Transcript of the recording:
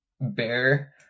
bear